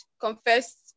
confessed